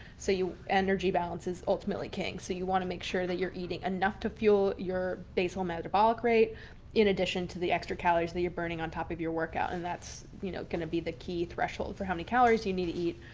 so you energy balance is ultimately king. so you want to make sure that you're eating enough to fuel your basal metabolic rate in addition to the extra calories that you're burning on top of your workout. and that's you know going to be the key threshold for how many calories you need to eat.